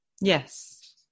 Yes